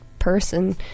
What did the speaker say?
person